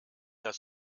das